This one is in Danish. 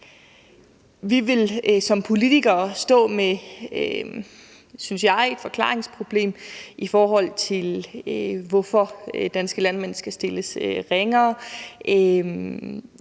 jeg, som politikere stå med et forklaringsproblem, i forhold til hvorfor danske landmænd skal stilles ringere.